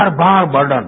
हर बार बर्डन